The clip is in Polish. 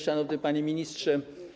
Szanowny Panie Ministrze!